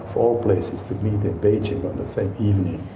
all places to meet in beijing on the same evening,